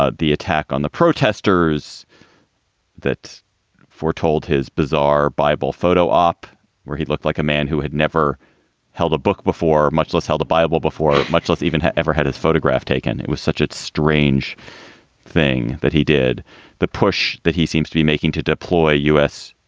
the attack on the protesters that foretold his bizarre bible photo op where he looked like a man who had never held a book before, much less held a bible before, much less even had ever had his photograph taken. it was such a strange thing that he did the push that he seems to be making to deploy u s.